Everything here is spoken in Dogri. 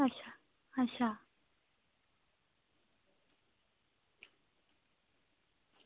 अच्छा अच्छा